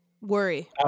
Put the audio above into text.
Worry